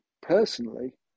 personally